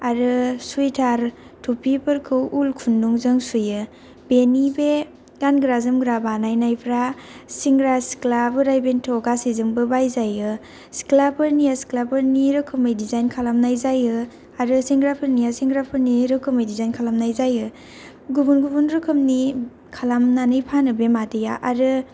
आरो स्विटार टफिफोरखौ उल खुन्दुं जों सुयो बेनि बे गानग्रा जोमग्रा बानायनायफोरा सेंग्रा सिख्ला बोराय बेन्थ' गासैजोंबो बायजायो सिख्लाफोरनिया सिख्लाफोरनि रोखोमै दिजाइन खालामनाय जायो आरो सेंग्रा फोरनिया सेंग्राफोरनि रोखोमै दिजाइन खालामनाय जायो गुबुन गुबुन रोखोमनि खालामनानै फानो बे मादैया आरो